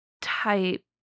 type